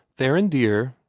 theron dear,